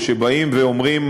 או כשבאים ואומרים,